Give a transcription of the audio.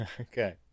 Okay